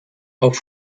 auf